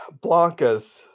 Blanca's